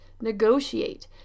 negotiate